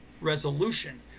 resolution